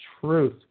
truth